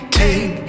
take